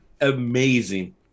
Amazing